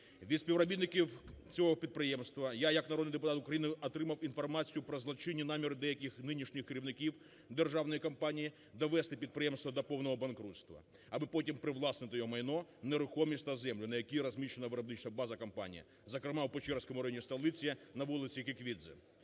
Від співробітників цього підприємства я як народний депутат України отримав інформацію про злочинні наміри деяких нинішніх керівників державної компанії довести підприємство до повного банкрутства, аби потім привласнити його майно, нерухомість та землю на яких розміщена виробнича база компанії, зокрема в Печерському районі столиці на вулиці Кіквідзе.